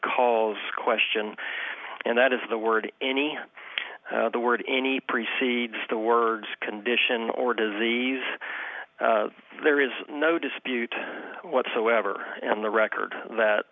calls question and that is the word any the word any preceding the words condition or disease there is no dispute whatsoever in the record that